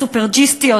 של הסופרג'יסטיות,